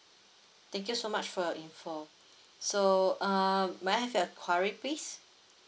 thank you so much for your info so err may I have your query please